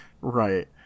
Right